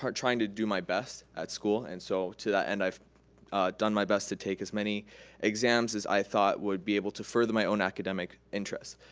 trying to do my best at school and so to that end, i've done my best to take as many exams as i thought would be able to further my own academic interests.